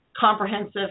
Comprehensive